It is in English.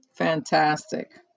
Fantastic